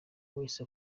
wese